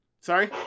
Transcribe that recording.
Sorry